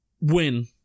win